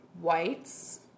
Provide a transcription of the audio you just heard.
whites